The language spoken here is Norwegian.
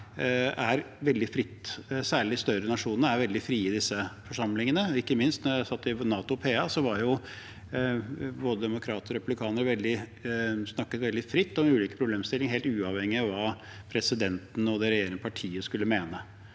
står veldig fritt. Særlig de større nasjonene er veldig frie i disse forsamlingene. Ikke minst da jeg satt i NATO PA, snakket både demokrater og republikanere veldig fritt om ulike problemstillinger, helt uavhengig av hva presidenten og det regjerende partiet skulle mene.